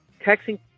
texting